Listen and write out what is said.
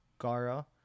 Gara